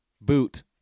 boot